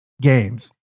games